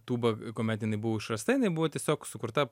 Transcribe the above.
tūba kuomet jinai buvo išrasta jinai buvo tiesiog sukurta